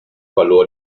verlor